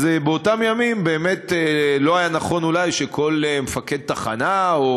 באותם ימים באמת לא היה נכון אולי שכל מפקד תחנה או